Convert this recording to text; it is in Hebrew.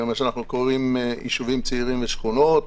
מה שאנחנו קוראים ישובים צעירים ושכונות.